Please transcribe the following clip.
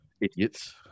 idiots